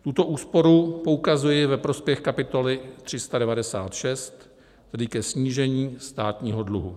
Tuto úsporu poukazuji ve prospěch kapitoly 396, tedy ke snížení státního dluhu.